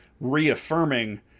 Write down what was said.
reaffirming